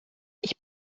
ich